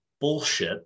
bullshit